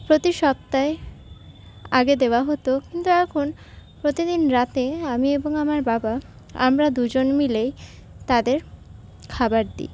প্রতি সপ্তাহে আগে দেওয়া হত কিন্তু এখন প্রতিদিন রাতে আমি এবং আমার বাবা আমরা দুজন মিলেই তাদের খাবার দিই